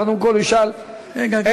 קודם כול ישאל, גם אני, גם אני.